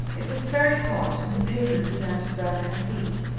it was very hot, and the pavement began to burn her feet.